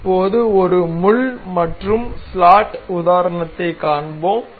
இப்போது ஒரு முள் மற்றும் ஸ்லாட் உதாரணத்தைக் காண்போம்